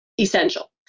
essential